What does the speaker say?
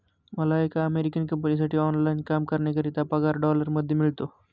मला एका अमेरिकन कंपनीसाठी ऑनलाइन काम करण्याकरिता पगार डॉलर मध्ये मिळतो